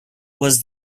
was